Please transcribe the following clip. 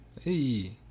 Hey